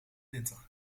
winter